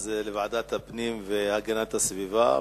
אז לוועדת הפנים והגנת הסביבה.